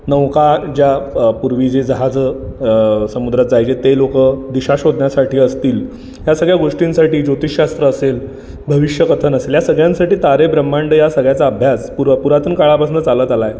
नौका ज्या पूर्वी जी जहाजं अ समुद्रात जायचे ते लोकं दिशा शोधण्यासाठी असतील ह्या सगळ्या गोष्टींसाठी ज्योतिषशास्त्र असेल भविष्यात आता नसल्यास सगळ्यांसाठी तारे ब्रह्मांड या सगळ्याचा अभ्यास पुरा पुरातन काळापासनं चालत आला आहे